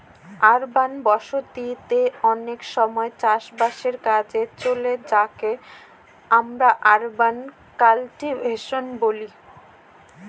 urban বসতি তে অনেক সময় চাষ বাসের কাজে চলে যাকে আমরা আরবান কাল্টিভেশন বলি